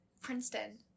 Princeton